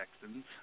Texans